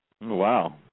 Wow